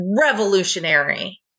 revolutionary